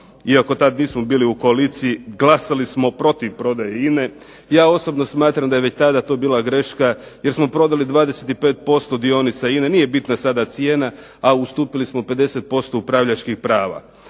iako tada nismo bili u koaliciji, glasali smo protiv prodaje INA-e. ja osobno smatram da je već tada to bila greška jer smo prodali 25% dionica INA-e. nije bitna sada cijena a ustupili smo 50% upravljačkih prava.